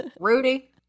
Rudy